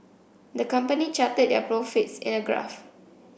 the company charted their profits in a graph